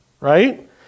right